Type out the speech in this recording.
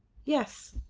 yes,